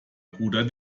guter